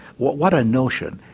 what what a notion,